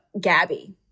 Gabby